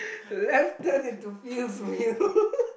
left turn into Fieldsville